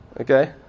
okay